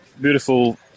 beautiful